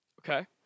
Okay